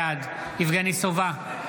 בעד יבגני סובה,